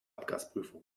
abgasprüfung